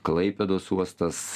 klaipėdos uostas